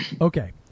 Okay